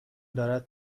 دارد